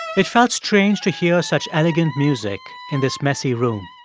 it felt strange to hear such elegant music in this messy room